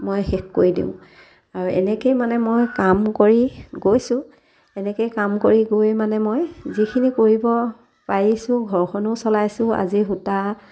মই শেষ কৰি দিওঁ আৰু এনেকৈয়ে মানে মই কাম কৰি গৈছোঁ এনেকৈয়ে কাম কৰি গৈ মানে মই যিখিনি কৰিব পাৰিছোঁ ঘৰখনো চলাইছোঁ আজি সূতা